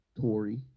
Tory